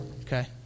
Okay